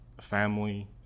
family